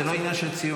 זה לא עניין של ציון.